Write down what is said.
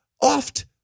oft